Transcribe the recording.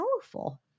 powerful